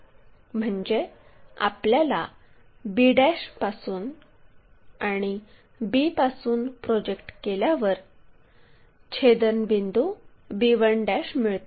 म्हणजे आपल्याला b पासून आणि b पासून प्रोजेक्ट केल्यावर छेदनबिंदू b1 मिळतो